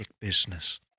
business